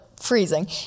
Freezing